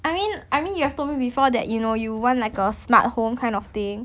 I mean I mean you have told me before that you know you want like a smart home kind of thing